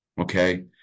Okay